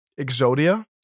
Exodia